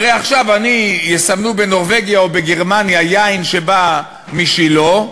הרי עכשיו יסמנו בנורבגיה או בגרמניה יין שבא משילה,